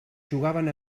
jugaven